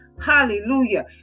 hallelujah